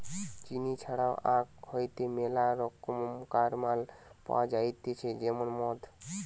চিনি ছাড়াও আখ হইতে মেলা রকমকার মাল পাওয়া যাইতেছে যেমন মদ